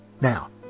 Now